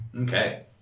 Okay